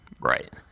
Right